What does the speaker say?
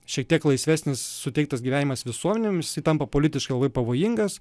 šiek tiek laisvesnis suteiktas gyvenimas visuomenėm jisai tampa politiškai labai pavojingas